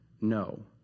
No